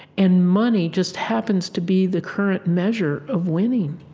and money just happens to be the current measure of winning.